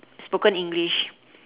spoken English